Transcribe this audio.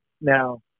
Now